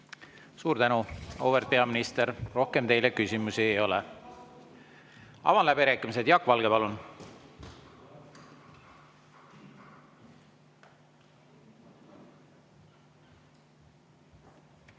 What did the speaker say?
Suur tänu, auväärt peaminister! Rohkem teile küsimusi ei ole. Avan läbirääkimised. Jaak Valge, palun!